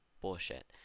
bullshit